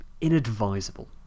inadvisable